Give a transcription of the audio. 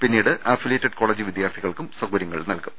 പിന്നീട് affiliated college വിദ്യാർത്ഥികൾക്കും സൌക ര്യങ്ങൾ നൽകും